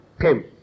came